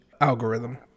algorithm